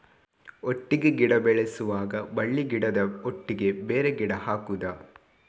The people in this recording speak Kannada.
ಒಟ್ಟಿಗೆ ಗಿಡ ಬೆಳೆಸುವಾಗ ಬಳ್ಳಿ ಗಿಡದ ಒಟ್ಟಿಗೆ ಬೇರೆ ಗಿಡ ಹಾಕುದ?